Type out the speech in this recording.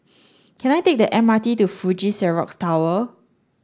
can I take the M R T to Fuji Xerox Tower